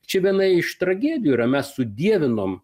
čia viena iš tragedijų yra mes sudievinom